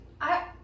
I-